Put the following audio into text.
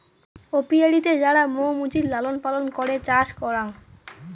অপিয়ারীতে যারা মৌ মুচির লালন পালন করে চাষ করাং